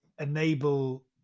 enable